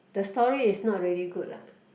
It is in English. the story is not really good lah